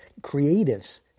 creatives